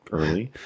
early